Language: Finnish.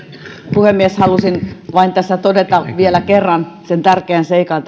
puhemies halusin vain tässä todeta vielä kerran sen tärkeän seikan